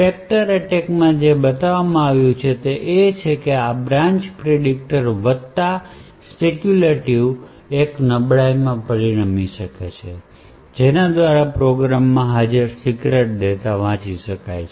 Spectre એટેકમાં જે બતાવવામાં આવ્યું તે તે હતું કે આ બ્રાન્ચ પ્રિડિકટર વત્તા સ્પેક્યૂલેટિવ એક નબળાઈમાં પરિણમી શકે છે જેના દ્વારા પ્રોગ્રામમાં હાજર સીક્રેટ ડેટા વાંચી શકાય છે